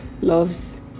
loves